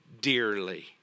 dearly